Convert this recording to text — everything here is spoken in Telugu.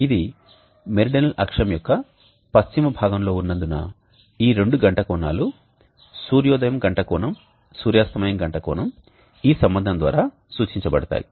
ఇది మెరిడినల్ అక్షం యొక్క పశ్చిమ భాగంలో ఉన్నందున ఈ రెండు గంట కోణాలు సూర్యోదయం గంట కోణం సూర్యాస్తమయం గంట కోణం ఈ సంబంధం ద్వారా సూచించబడతాయి